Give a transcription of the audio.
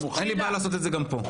אין לי בעיה לעשות את זה גם פה.